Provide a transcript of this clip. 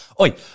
Oi